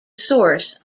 source